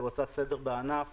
הוא עשה סדר בענף